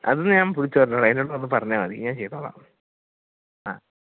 അത് ഞാൻ വിളിച്ചുപറഞ്ഞോളാം എന്നോട് വന്ന് പറഞ്ഞാൽ മതി ഞാൻ ചെയ്തോളാം ആ